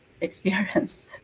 experience